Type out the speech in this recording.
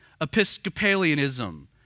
Episcopalianism